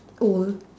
old